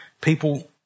people